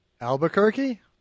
Albuquerque